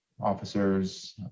officers